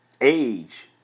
age